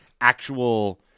actual